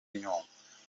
nyungwe